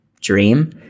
dream